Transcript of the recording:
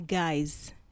guys